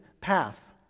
path